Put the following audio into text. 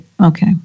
Okay